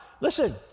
Listen